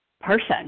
person